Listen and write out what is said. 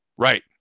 Right